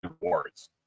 rewards